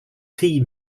tea